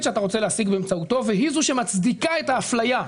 שאתה רוצה להשיג באמצעותו והיא זו שמצדיקה את האפליה.